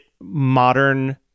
modern